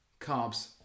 carbs